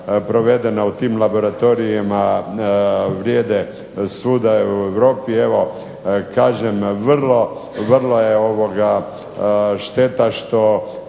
provedena u tim laboratorijima vrijede svuda i u Europi. Evo kažem, vrlo, vrlo je šteta što